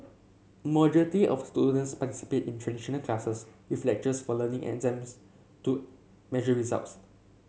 majority of students participate in traditional classes with lectures for learning exams to measure results